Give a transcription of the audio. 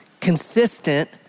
consistent